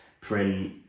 print